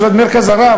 ישיבת "מרכז הרב",